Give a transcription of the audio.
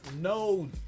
no